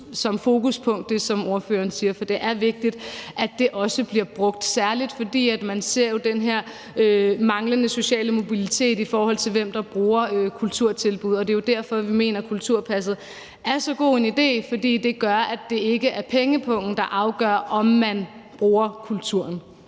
som fokuspunkt, for det er vigtigt, at det også bliver brugt, særlig fordi man jo ser den her manglende sociale mobilitet, i forhold til hvem der bruger kulturtilbud, og det er jo derfor, vi mener, at kulturpasset er så god en idé, fordi det gør, at det ikke er pengepungen, der afgør, om man bruger kulturen.